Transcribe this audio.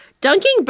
dunking